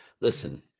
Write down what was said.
listen